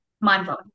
mind-blowing